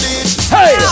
Hey